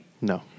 No